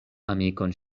amikon